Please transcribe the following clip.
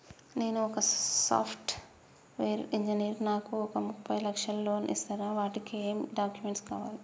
నేను ఒక software engineer నాకు ఒక ముప్పై లక్షల లోన్ ఇస్తరా? వాటికి ఏం డాక్యుమెంట్స్ కావాలి?